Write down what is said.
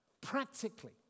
practically